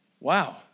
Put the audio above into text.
Wow